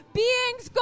beings